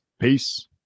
Peace